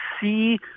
see